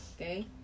okay